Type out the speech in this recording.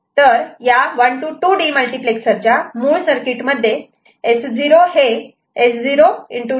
तर या 1 to 2 डीमल्टिप्लेक्सरच्या मूळ सर्किटमध्ये S 0 हे S0